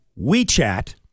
WeChat